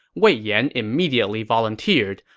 wei yan immediately volunteered,